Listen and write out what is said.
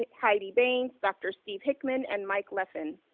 ah heidi baynes, dr. steve hickman, and mike leffin.